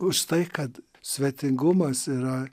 už tai kad svetingumas yra